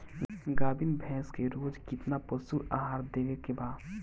गाभीन भैंस के रोज कितना पशु आहार देवे के बा?